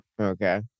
Okay